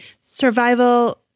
survival